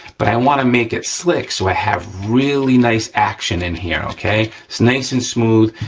but i wanna make it slick, so i have really nice action in here, okay? it's nice and smooth,